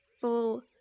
full